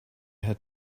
had